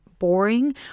boring